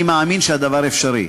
אני מאמין שהדבר אפשרי.